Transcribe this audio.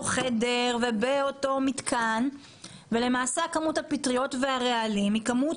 חדר ובאותו מיתקן ולמעשה כמות הפטריות והרעלים היא כמות